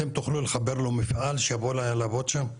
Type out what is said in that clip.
אתם תוכלו לחבר לו מפעל שיבוא לעבוד שם?